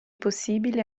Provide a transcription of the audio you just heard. possibile